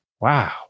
Wow